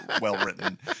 well-written